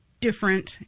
different